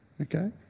okay